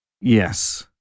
Yes